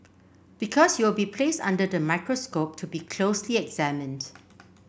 because you will be placed under the microscope to be closely examined